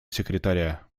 секретаря